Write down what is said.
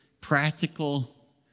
practical